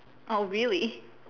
oh really